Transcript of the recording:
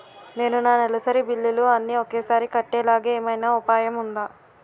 నేను నా నెలసరి బిల్లులు అన్ని ఒకేసారి కట్టేలాగా ఏమైనా ఉపాయం ఉందా?